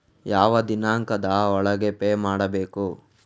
ಯಾವ ದಿನಾಂಕದ ಒಳಗೆ ಪೇ ಮಾಡಬೇಕು?